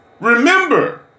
Remember